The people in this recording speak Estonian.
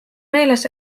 meeles